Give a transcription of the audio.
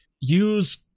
use